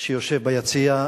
שיושב ביציע,